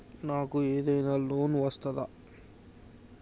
నాకు ఏదైనా లోన్ వస్తదా?